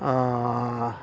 ᱚᱻ